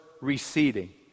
receding